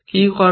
কি কর্ম